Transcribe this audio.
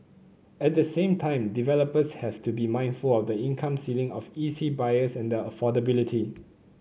at the same time developers have to be mindful of the income ceiling of E C buyers and their affordability